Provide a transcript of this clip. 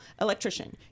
electrician